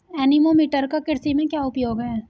Anemometer का कृषि में क्या उपयोग है?